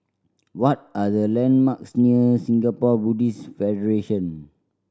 what are the landmarks near Singapore Buddhist Federation